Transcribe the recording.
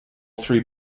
three